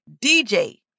DJ